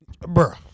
Bruh